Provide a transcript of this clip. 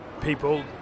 people